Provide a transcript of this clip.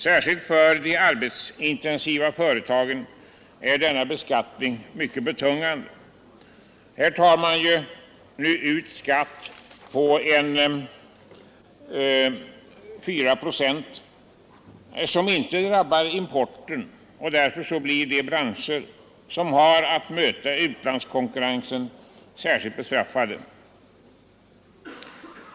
Särskilt för de arbetsintensiva företagen är denna beskattning mycket betungande. Här tar man ut skatt på 4 procent som inte drabbar importen. Därför blir de branscher som har att möta utlandskonkurrensen särskilt bestraffade.